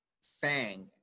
sang